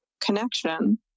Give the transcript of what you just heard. connection